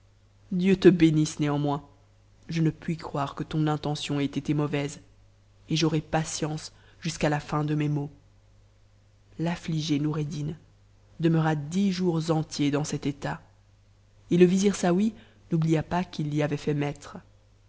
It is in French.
dieu te bénisse néanmoins je ne puis croire que ton intention t été mauvaise et j'aurai patience jusqu'à la fin de mes maux il l ashgé noureddin demeura dix jours entiers dans cet état et le vizir ouy n'oublia pas qu'il l'y avait fait